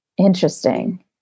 Interesting